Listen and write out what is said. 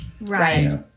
Right